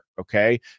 Okay